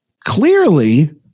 clearly